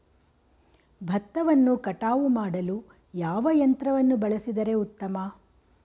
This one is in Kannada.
ಭತ್ತವನ್ನು ಕಟಾವು ಮಾಡಲು ಯಾವ ಯಂತ್ರವನ್ನು ಬಳಸಿದರೆ ಉತ್ತಮ?